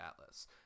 atlas